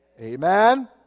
Amen